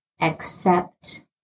accept